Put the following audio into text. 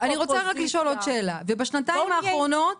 אני רוצה לשאול עוד שאלה: בשנתיים האחרונות